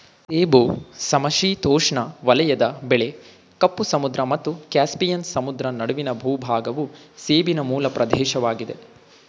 ಸೇಬು ಸಮಶೀತೋಷ್ಣ ವಲಯದ ಬೆಳೆ ಕಪ್ಪು ಸಮುದ್ರ ಮತ್ತು ಕ್ಯಾಸ್ಪಿಯನ್ ಸಮುದ್ರ ನಡುವಿನ ಭೂಭಾಗವು ಸೇಬಿನ ಮೂಲ ಪ್ರದೇಶವಾಗಿದೆ